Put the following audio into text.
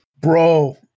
BRO